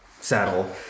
saddle